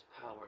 power